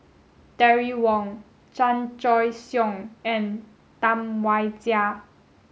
Terry Wong Chan Choy Siong and Tam Wai Jia